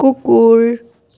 কুকুৰ